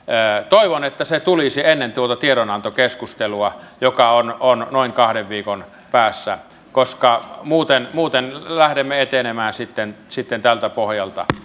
toivon että se tulisi ennen tuota tiedonantokeskustelua joka on on noin kahden viikon päässä koska muuten muuten lähdemme etenemään sitten sitten tältä pohjalta